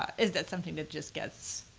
is that something that just gets.